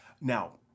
Now